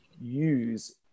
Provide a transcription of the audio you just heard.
use